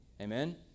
Amen